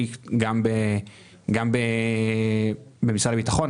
השאלה הבאה.